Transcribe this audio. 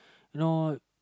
you know